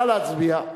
נא להצביע.